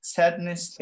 sadness